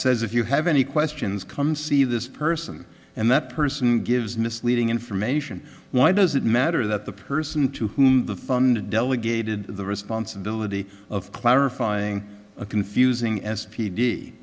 says if you have any questions come see this person and that person gives misleading information why does it matter that the person to whom the fund delegated the responsibility of clarifying a confusing s p d